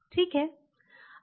ठीक है